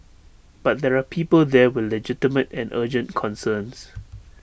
but there are people there with legitimate and urgent concerns